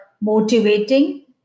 motivating